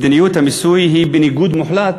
מדיניות המיסוי, היא בניגוד מוחלט